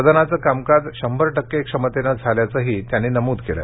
सदनाच कामकाज शंभर टक्के क्षमतेनं झाल्याचंही त्यांनी नमूद केलं